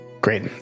Great